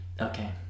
okay